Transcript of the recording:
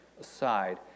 aside